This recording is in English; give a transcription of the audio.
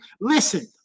Listen